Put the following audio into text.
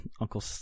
Uncle